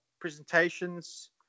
presentations